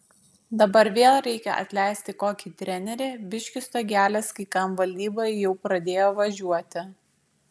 dabar vėl reikia atleisti kokį trenerį biški stogelis kai kam valdyboje jau pradėjo važiuoti